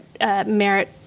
merit